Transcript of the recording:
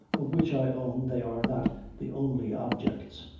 of which i own they are not the only objects,